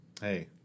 hey